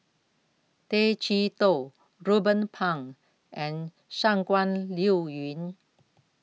Tay Chee Toh Ruben Pang and Shangguan Liuyun